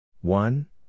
One